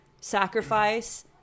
sacrifice